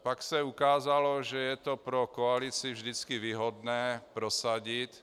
Pak se ukázalo, že je to pro koalici vždycky výhodné prosadit.